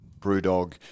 BrewDog